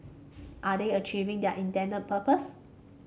are they achieving their intended purpose